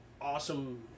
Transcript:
awesome